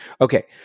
okay